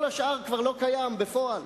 כל השאר כבר לא קיים בפועל.